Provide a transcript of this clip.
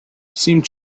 seemed